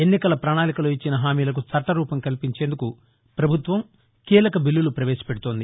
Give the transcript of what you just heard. ఎన్నికల ప్రజాళికలో ఇచ్చిన హామీలకు చట్లరూపం కల్పించేందుకు పభుత్వం కీలక బీల్లులు ప్రవేశపెదుతోంది